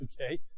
Okay